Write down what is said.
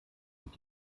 und